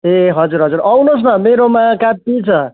ए हजुर हजुर आउनु होस् न मेरोमा काफी छ